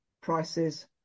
prices